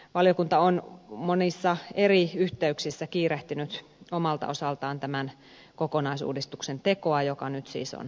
valiokunta on monissa eri yhteyksissä kiirehtinyt omalta osaltaan tämän kokonaisuudistuksen tekoa joka nyt siis on käsittelyssä